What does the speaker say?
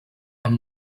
amb